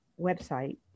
website